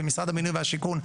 ומשרד הבינוי והשיכון,